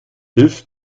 hilf